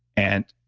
and